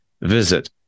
Visit